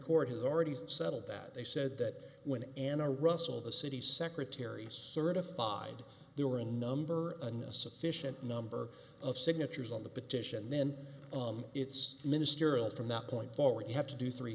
court has already settled that they said that when anna russell the city secretary's certified there were a number an a sufficient number of signatures on the petition then it's ministerial from that point forward you have to do three